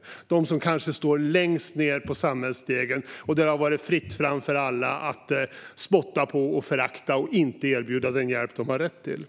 Det handlar om de människor som kanske står längst ned på samhällsstegen och som det har varit fritt fram för alla att spotta på och förakta och inte erbjuda den hjälp som de har rätt till.